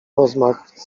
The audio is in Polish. rozmach